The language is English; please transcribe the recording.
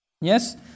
Yes